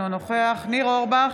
אינו נוכח ניר אורבך,